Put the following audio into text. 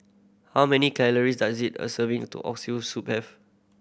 how many calories does it a serving to Oxtail Soup have